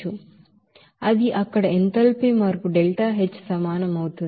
అది అక్కడ ఎంథాల్పీ మార్పు ΔH సమానం అవుతుంది